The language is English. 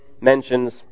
mentions